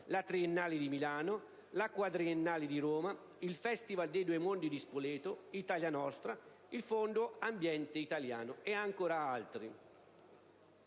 la Triennale di Milano, la Quadriennale di Roma, il Festival dei Due Mondi di Spoleto, Italia Nostra, il Fondo ambiente italiano-FAI, e altri